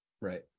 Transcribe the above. Right